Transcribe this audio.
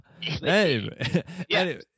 hey